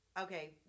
Okay